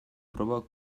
probak